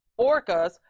orcas